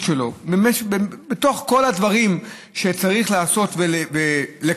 שלו בתוך כל הדברים שצריך לעשות ולקדם.